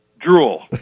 Drool